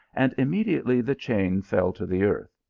and immediately the chain fell to the earth.